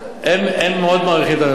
הם מאוד מעריכים את הממשלה.